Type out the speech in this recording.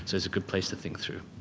it's it's a good place to think through.